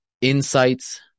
insights